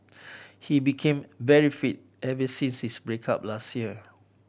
he became very fit ever since his break up last year